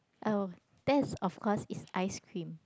oh that's of course is ice cream